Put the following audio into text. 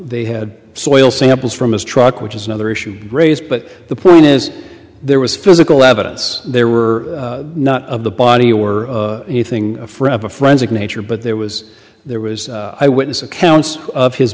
they had soil samples from his truck which is another issue raised but the point is there was physical evidence there were not of the body or anything from a friends of nature but there was there was i witness accounts of his